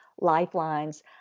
lifelines